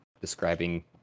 describing